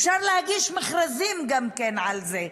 אפשר להגיש מכרזים על זה.